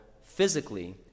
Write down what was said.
physically